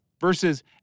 versus